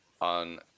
On